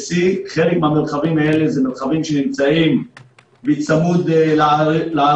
C. חלק מהמרחבים האלה הם מרחבים שנמצאים בצמוד לערים,